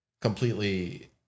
completely